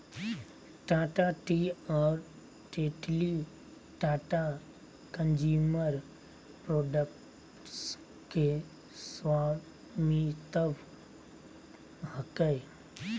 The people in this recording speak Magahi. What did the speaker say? टाटा टी और टेटली टाटा कंज्यूमर प्रोडक्ट्स के स्वामित्व हकय